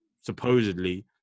supposedly